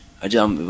Ajam